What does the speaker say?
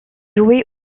jouait